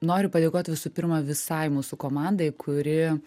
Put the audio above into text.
noriu padėkot visų pirma visai mūsų komandai kuri